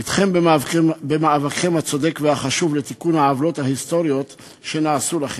אנחנו אתכם במאבקכם הצודק והחשוב לתיקון העוולות ההיסטוריות שנעשו לכם.